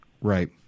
Right